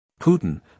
Putin